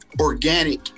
Organic